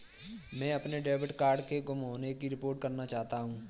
मैं अपने debit card के गुम होने की रिपोर्ट करना चाहता हूँ